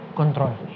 control